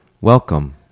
Welcome